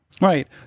Right